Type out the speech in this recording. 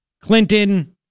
Clinton